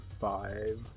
five